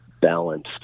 balanced